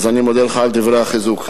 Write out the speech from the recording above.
אז אני מודה לך על דברי החיזוק.